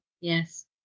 Yes